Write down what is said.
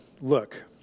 look